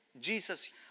Jesus